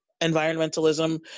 environmentalism